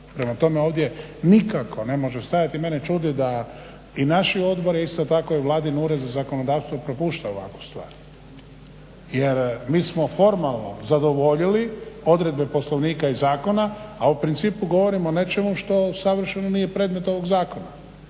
Prema tome ovdje nikako ne može stajati. Mene čudi da i naši odbore isto tako i Vladin ured za zakonodavstvo propušta ovakvu stvar jer mi smo formalno zadovoljili odredbe poslovnika i zakona a u principu govorimo o nečemu što savršeno nije predmet ovog zakona.